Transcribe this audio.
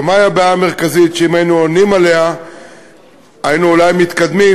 או מהי הבעיה המרכזית שאם היינו עונים עליה היינו אולי מתקדמים,